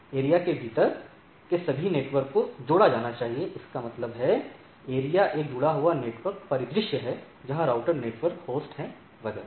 area के भीतर के सभी नेटवर्क को जोड़ा जाना चाहिए इसका मतलब है एरिया एक जुड़ा हुआ नेटवर्क परिदृश्य है जहां राउटर नेटवर्क होस्ट हैं वगैरह